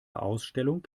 ausstellung